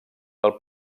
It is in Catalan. del